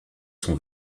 sont